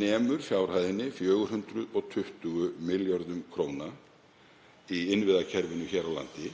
nemur fjárhæðinni 420 milljörðum í innviðakerfinu hér á landi